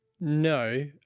No